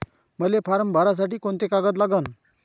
मले फारम भरासाठी कोंते कागद लागन?